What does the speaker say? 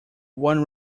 one